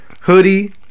Hoodie